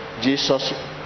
Jesus